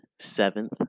seventh